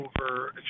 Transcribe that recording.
over